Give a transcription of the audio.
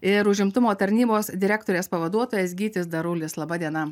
ir užimtumo tarnybos direktorės pavaduotojas gytis darulis laba diena